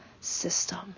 system